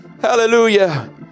Hallelujah